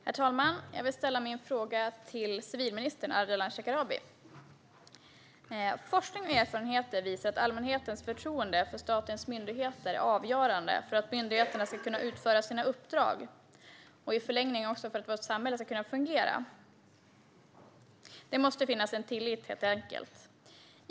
Herr talman! Jag vill ställa min fråga till civilminister Ardalan Shekarabi. Forskning och erfarenheter visar att allmänhetens förtroende för statens myndigheter är avgörande för att myndigheterna ska kunna utföra sina uppdrag och i förlängningen också för att vårt samhälle ska kunna fungera. Det måste helt enkelt finnas tillit.